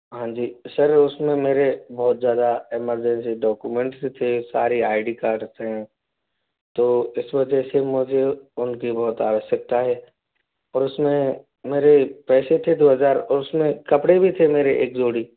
हाँ जी सर उसमें मेरे बहुत ज़्यादा एमर्जेंसी डॉक्यूमेंट्स थे सारे आई डी कार्ड थे तो इस वजह से मुझे उनकी बहुत आवश्यकता है और उसमें मेरे पैसे थे दो हजार और उसमें कपड़े भी थे मेरे एक जोड़ी